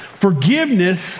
Forgiveness